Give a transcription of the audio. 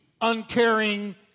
uncaring